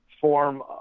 form